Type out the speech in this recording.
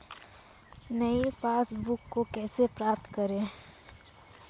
नई पासबुक को कैसे प्राप्त करें?